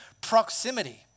proximity